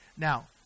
Now